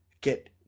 Get